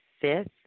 fifth